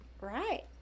Right